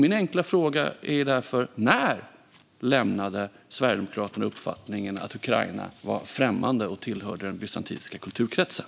Min enkla fråga är därför: När lämnade Sverigedemokraterna uppfattningen att Ukraina är främmande och tillhör den bysantinska kulturkretsen?